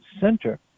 center